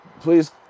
Please